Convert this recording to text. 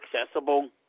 accessible